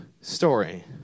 story